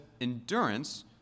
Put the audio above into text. endurance